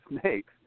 snakes